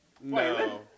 No